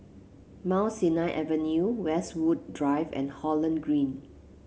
Mount Sinai Avenue Westwood Drive and Holland Green